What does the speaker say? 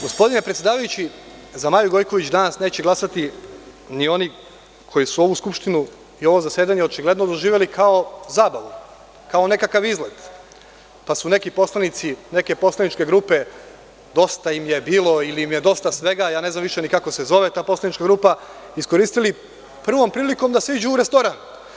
Gospodine predsedavajući, za Maju Gojković danas neće glasati ni oni koji su ovu Skupštinu i ovo zasedanje očigledno doživeli kao zabavu, kao nekakav izlet, pa su neki poslanici neke poslaničke grupe Dosta im je bilo ili im je dosta svega, ja ne znam više ni kako se zove ta poslanička grupa, iskoristili prvom prilikom da siđu u restoran.